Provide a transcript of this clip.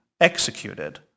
executed